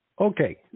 Okay